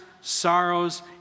sorrows